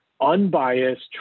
unbiased